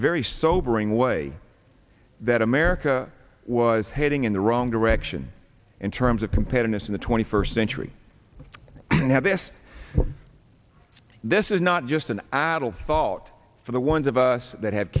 very sobering way that america was heading in the wrong direction in terms of competitiveness in the twenty first century and how this this is not just an adult fault for the ones of us that have